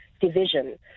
division